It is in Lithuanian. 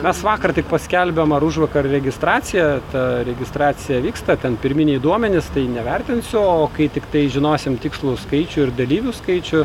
mes vakar tik paskelbėm ar užvakar registraciją ta registracija vyksta ten pirminiai duomenys tai nevertinsiu o kai tiktai žinosim tikslų skaičių ir dalyvių skaičių